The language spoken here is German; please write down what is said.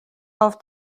auf